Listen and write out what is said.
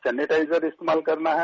sanitiser इस्तेमाल करना है